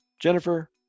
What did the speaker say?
Jennifer